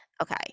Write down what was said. Okay